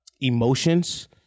emotions